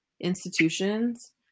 institutions